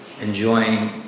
enjoying